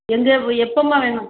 எங்கே எப்போம்மா வேணும்